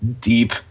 deep